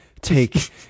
take